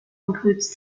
includes